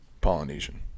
Polynesian